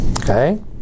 okay